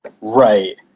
Right